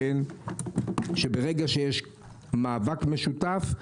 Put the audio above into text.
ברגע שיש מאבק משותף,